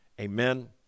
Amen